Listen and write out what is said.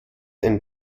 ein